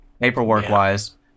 Paperwork-wise